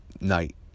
night